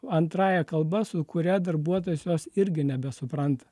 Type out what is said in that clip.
antrąja kalba su kuria darbuotojas jos irgi nebesupranta